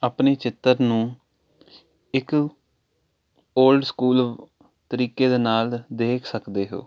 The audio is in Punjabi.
ਆਪਣੇ ਚਿੱਤਰ ਨੂੰ ਇੱਕ ਓਲਡ ਸਕੂਲ ਤਰੀਕੇ ਦੇ ਨਾਲ ਦੇਖ ਸਕਦੇ ਹੋ